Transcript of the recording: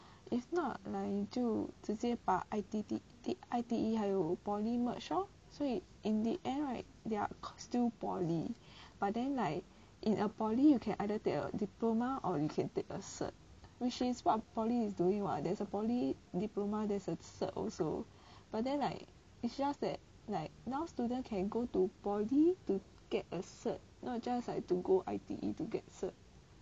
if not like 就直接把 I_T~ I_T_E 还有 poly merge lor 所以 in the end right they're still poly but then like in a poly you can either take a diploma or you can take a cert which is what poly is doing what there's a poly diploma there's a cert also but then like it's just that like now student can go to poly to get a cert not just like to go I_T_E to get cert